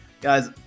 Guys